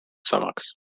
samaks